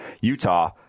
Utah